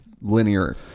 linear